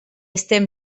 estem